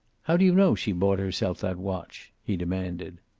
how do you know she bought herself that watch, he demanded.